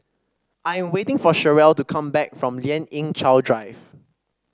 I am waiting for Cherelle to come back from Lien Ying Chow Drive